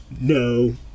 No